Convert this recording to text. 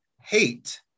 hate